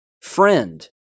Friend